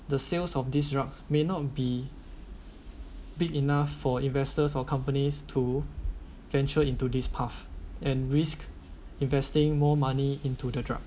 the sales of disrupts may not be big enough for investors or companies to venture into this path and risk investing more money into the drug